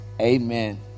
Amen